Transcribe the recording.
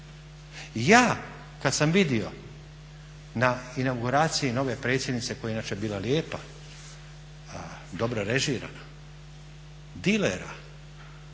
Ja kad sam vidio na inauguraciji nove predsjednice koja je inače bila lijepa, dobro režirana dilera,